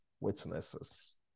witnesses